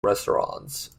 restaurants